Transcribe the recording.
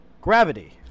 gravity